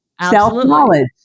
Self-knowledge